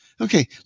Okay